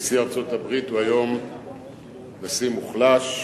נשיא ארצות-הברית הוא היום נשיא מוחלש,